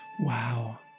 Wow